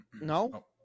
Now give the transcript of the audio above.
no